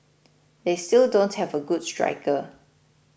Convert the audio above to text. they still don't have a good striker